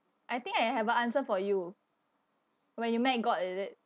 I think I have a answer for you when you met god is it